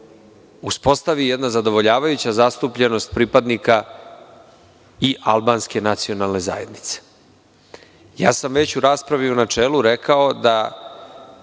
uspostavi jedna zadovoljavajuća zastupljenost pripadnika i albanske nacionalne zajednice. Već u raspravi u načeli sam rekao da